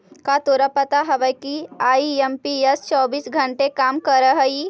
का तोरा पता हवअ कि आई.एम.पी.एस चौबीस घंटे काम करअ हई?